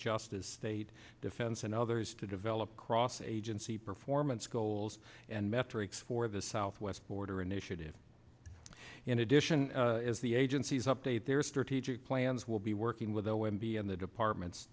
justice state defense and others to develop cross agency performance goals and metrics for the southwest border initiative in addition as the agency's update their strategic plans will be working with o m b and the departments